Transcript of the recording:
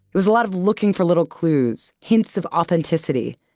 it was a lot of looking for little clues. hints of authenticity.